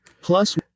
plus